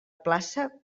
plaça